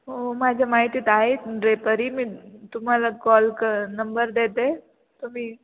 हो माझ्या माहितीत आहे ड्रेपरी मी तुम्हाला कॉल क नंबर देते तुम्ही